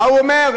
מה הוא אומר?